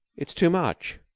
it's too much.